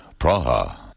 Praha